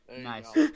nice